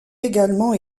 également